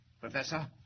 Professor